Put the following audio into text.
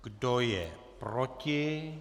Kdo je proti?